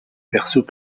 berceaux